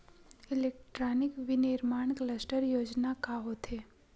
Electronic विनीर्माण cluster योजना का होथे?